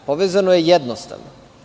Povezano je jednostavno.